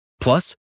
Plus